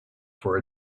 for